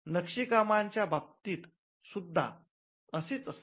नक्षीकामाच्या बाबतीत सुद्धा असेच असते